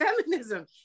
feminism